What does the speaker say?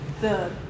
the-